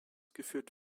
geführt